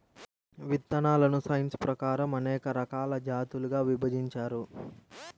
విత్తనాలను సైన్స్ ప్రకారం అనేక రకాల జాతులుగా విభజించారు